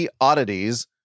Oddities